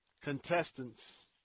contestants